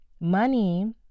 Money